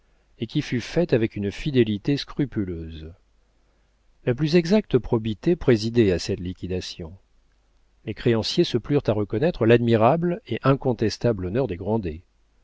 et qui fut faite avec une fidélité scrupuleuse la plus exacte probité présidait à cette liquidation les créanciers se plurent à reconnaître l'admirable et incontestable honneur des